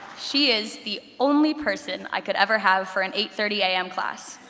she is the only person i could ever have for an eight thirty a m. class.